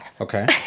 Okay